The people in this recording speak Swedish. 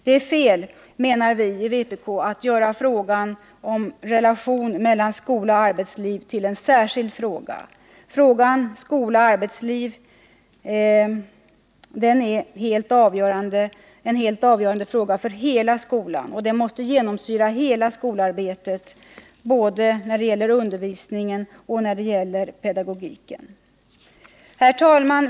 Det är fel att göra frågan om relationen skola-arbetsliv till en särskild fråga. Denna fråga är helt avgörande för hela skolan och måste genomsyra hela skolarbetet både när det gäller undervisningen och när det gäller pedagogiken. Herr talman!